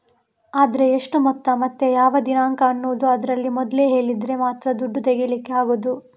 ಆದ್ರೆ ಎಷ್ಟು ಮೊತ್ತ ಮತ್ತೆ ಯಾವ ದಿನಾಂಕ ಅನ್ನುದು ಅದ್ರಲ್ಲಿ ಮೊದ್ಲೇ ಹೇಳಿದ್ರೆ ಮಾತ್ರ ದುಡ್ಡು ತೆಗೀಲಿಕ್ಕೆ ಆಗುದು